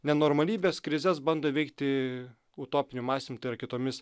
nenormalybės krizes bando įveikti utopiniu mąstymu tai yra kitomis